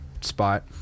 spot